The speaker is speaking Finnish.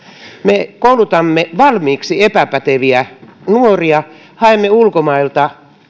me koulutamme valmiiksi epäpäteviä nuoria haemme ulkomailta